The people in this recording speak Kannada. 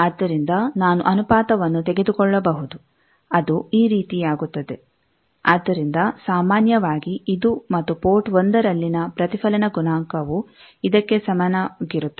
ಆದ್ದರಿಂದ ನಾನು ಅನುಪಾತವನ್ನು ತೆಗೆದುಕೊಳ್ಳಬಹುದು ಅದು ಈ ರೀತಿ ಆಗುತ್ತದೆ ಆದ್ದರಿಂದ ಸಾಮಾನ್ಯವಾಗಿ ಇದು ಮತ್ತು ಪೋರ್ಟ್ 1 ರಲ್ಲಿನ ಪ್ರತಿಫಲನ ಗುಣಾಂಕವು ಇದಕ್ಕೆ ಸಮನಾಗಿರುತ್ತದೆ